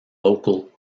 local